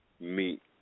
meet